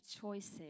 choices